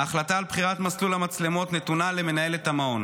ההחלטה על בחירת מסלול המצלמות נתונה למנהלת המעון.